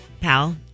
pal